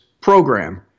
program